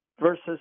versus